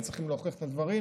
וצריכים להוכיח את הדברים